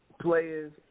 players